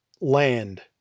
land